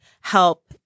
help